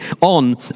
on